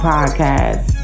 Podcast